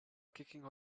kicking